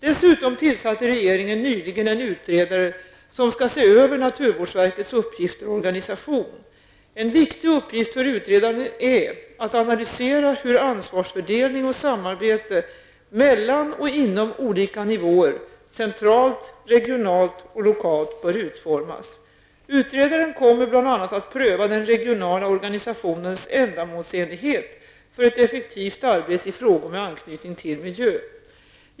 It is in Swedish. Dessutom tillsatte regeringen nyligen en utredare som skall se över naturvårdsverkets uppgifter och organisation . En viktig uppgift för utredaren är att analysera hur ansvarsfördelning och samarbete mellan och inom olika nivåer bör utformas. Utredaren kommer bl.a. att pröva den regionala organisationens ändamålsenlighet för ett effektivt arbete i frågor med anknytning till miljö.